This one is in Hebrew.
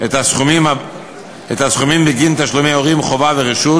את הסכומים בגין תשלומי הורים, חובה ורשות,